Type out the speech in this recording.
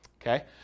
okay